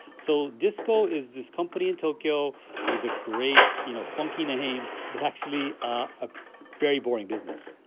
so disco is this company in tokyo with a great, you know, funky name but actually a very boring business